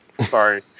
Sorry